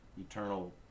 eternal